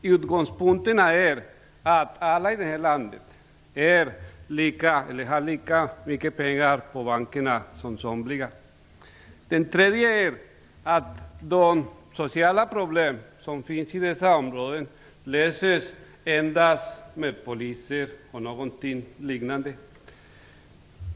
Utgångspunkten är att alla i detta land har lika mycket pengar på banken som somliga. De sociala problem som finns i dessa områden löses, enligt Moderaterna, endast med poliser och liknande.